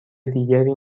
دیگری